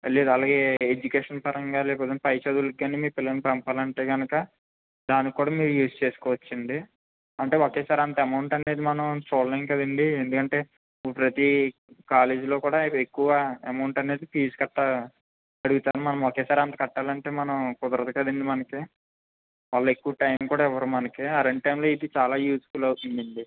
లేదు అలాగే ఎడ్యుకేషన్ పరంగా రేపొద్దున్న పై చదువులకి కానీ మీ పిల్లల్ని పంపాలంటే కనుక దానికి కూడా మీరు యూజ్ చేసుకోవచ్చండి అంటే ఒకేసారి అంత అమౌంట్ అనేది మనం చూడలేము కదండి ఎందుకంటే ప్రతీ కాలేజీలో కూడా ఎక్కువ అమౌంట్ అనేది ఫీజు కట్టమని అడుగుతారు మనం ఒకేసారి అంత కట్టాలంటే మనం కుదరదు కదండి మనకి వాళ్ళెక్కువ టైం కూడా ఇవ్వరు మనకి అలాంటి టైములో ఇది చాలా యూజ్ఫుల్ అవుతుందండి